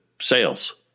sales